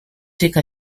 take